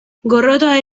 gorrotoa